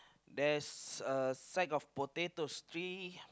there is a side of potato trees